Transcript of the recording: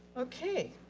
okay.